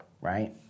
right